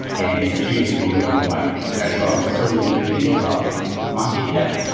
and it's actually also going worldwide as well. so if you think about market cap,